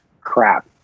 crap